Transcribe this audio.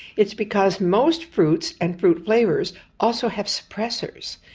it's because most fruits and fruit flavours also have suppressors.